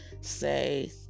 say